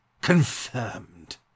confirmed